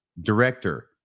director